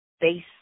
Base